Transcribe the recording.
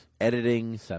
editing